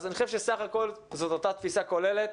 אז אני חושב שסך הכול זאת אותה תפיסה כוללת.